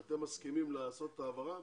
שאתם מסכימים לעשות העברה,